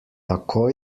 tako